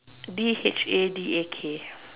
D H A D A K